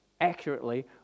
accurately